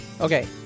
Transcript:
Okay